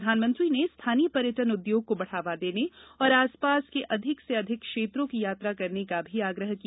प्रधानमंत्री ने स्थानीय पर्यटन उद्योग को बढ़ावा देने और आसपास के अधिक से अधिक क्षेत्रों की यात्रा करने का भी आग्रह किया